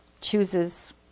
chooses